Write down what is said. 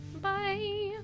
Bye